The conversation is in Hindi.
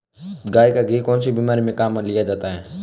गाय का घी कौनसी बीमारी में काम में लिया जाता है?